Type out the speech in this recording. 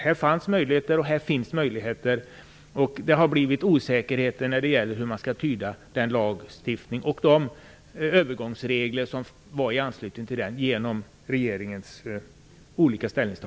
Det fanns och finns möjligheter, men det har uppstått osäkerhet om hur man skall tyda lagstiftningen och övergångsreglerna.